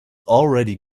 already